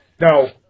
No